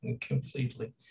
completely